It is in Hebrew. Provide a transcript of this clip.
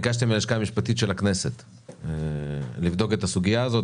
של הכנסת לבדוק את הסוגיה הזאת.